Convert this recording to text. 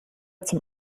zum